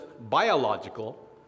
biological